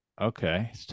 Okay